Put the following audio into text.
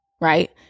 right